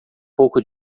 pouco